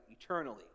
eternally